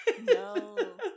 no